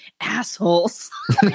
assholes